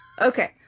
Okay